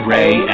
Ray